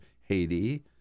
Haiti